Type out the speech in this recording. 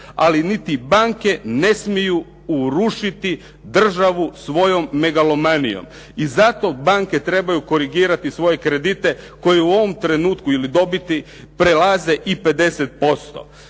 ali niti banke ne smiju urušiti državu svojom megalomanijom. I zato banke trebaju korigirati svoje kredite koje u ovom trenutku ili dobiti prelaze i 50%.